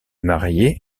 mariée